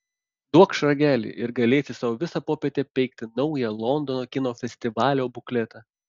duokš ragelį ir galėsi sau visą popietę peikti naują londono kino festivalio bukletą